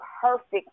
perfect